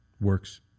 Works